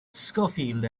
schofield